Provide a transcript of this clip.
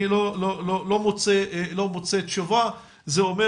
אני לא מוצא תשובה וזה אומר